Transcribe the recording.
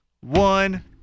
One